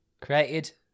created